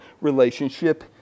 relationship